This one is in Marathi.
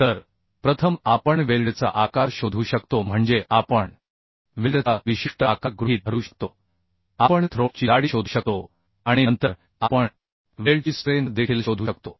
तर प्रथम आपण वेल्डचा आकार शोधू शकतो म्हणजे आपण वेल्डचा विशिष्ट आकार गृहीत धरू शकतो आपण थ्रोट ची जाडी शोधू शकतो आणि नंतर आपण वेल्डची स्ट्रेंथ देखील शोधू शकतो